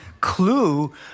clue